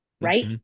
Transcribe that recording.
Right